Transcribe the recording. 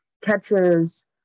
catches